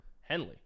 Henley